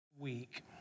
week